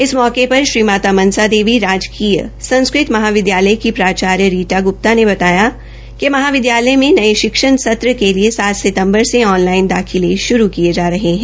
इस मौके पर श्री माता मनसा देवी राजकीय संस्कृत महाविदयालय की प्राचार्य रीटा ग्रृप्ता ने बताया कि महाविदयालय में नये शिक्षण संत्र के लिए सात सितम्बर से ऑन लाइन दाखिले शुरू किये जा रहे है